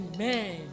Amen